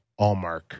Allmark